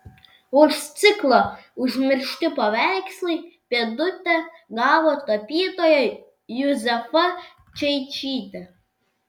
už ciklą užmiršti paveikslai pėdutę gavo tapytoja juzefa čeičytė